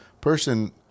person